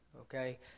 okay